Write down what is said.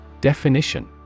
Definition